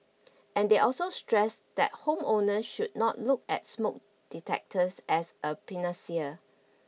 and they also stressed that home owners should not look at smoke detectors as a panacea